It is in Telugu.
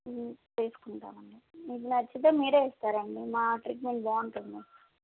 తీసుకుంటామండి మీకు నచ్చితే మీరే ఇస్తారండి మా ట్రీట్మెంట్ బాగుంటుంది